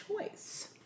choice